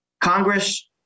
Congress